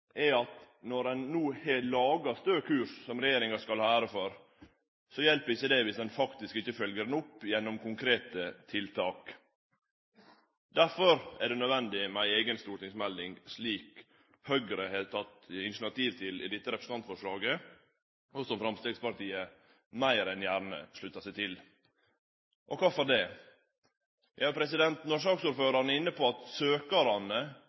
er at når ein no har laga Stø kurs, som regjeringa skal ha ære for, hjelper ikkje det dersom ein faktisk ikkje følgjer han opp gjennom konkrete tiltak. Derfor er det nødvendig med ei eiga stortingsmelding, slik Høgre har teke initiativ til i dette representantforslaget, og som Framstegspartiet meir enn gjerne sluttar seg til. Kvifor det? Saksordføraren er inne på at